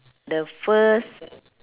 the first